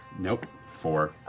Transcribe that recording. nope. four.